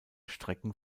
strecken